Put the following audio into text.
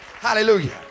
Hallelujah